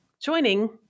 joining